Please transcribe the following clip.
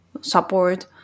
support